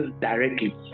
directly